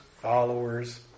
Followers